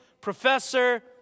professor